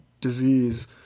disease